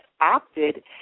opted